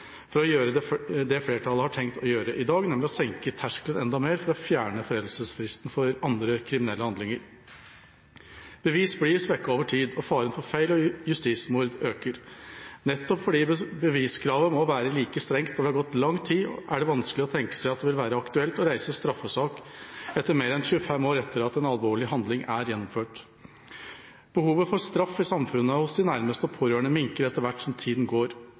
for å gjøre det flertallet har tenkt å gjøre i dag, nemlig å senke terskelen enda mer for å fjerne foreldelsesfristen for andre kriminelle handlinger. Bevis blir svekket over tid, og faren for feil og justismord øker. Nettopp fordi beviskravet må være like strengt når det har gått lang tid, er det vanskelig å tenke seg at det vil være aktuelt å reise straffesak mer enn 25 år etter at en alvorlig handling er gjennomført. Behovet for straff i samfunnet og hos de nærmeste pårørende minker etter hvert som tiden går.